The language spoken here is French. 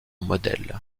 modèle